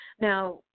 Now